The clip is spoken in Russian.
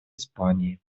испании